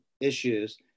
issues